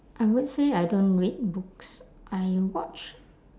I would say I don't read books I watch